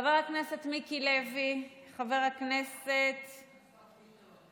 חבר הכנסת מיקי לוי, חבר הכנסת ביטון.